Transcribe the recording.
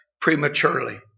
prematurely